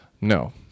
No